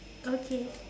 okay